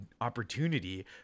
opportunity